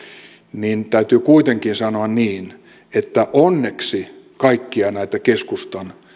niin täytyy kuitenkin sanoa niin että onneksi kaikkia näitä keskustan